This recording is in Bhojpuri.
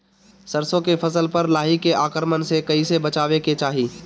सरसो के फसल पर लाही के आक्रमण से कईसे बचावे के चाही?